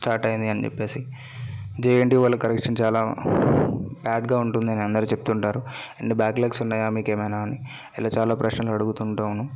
start అయింది అని చెప్పేసి జేఎన్టీయూ వాళ్ళ కరెక్షన్ చాలా బ్యాడ్గా ఉంటుందని అందరూ చెప్తుంటారు అండ్ బ్యాక్లాగ్స్ ఉన్నాయా మీకు ఏమైనా అని ఇలా చాలా ప్రశ్నలు అడుగుతుంటాను